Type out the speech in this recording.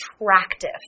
attractive